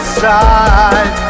side